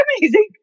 amazing